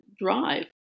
drive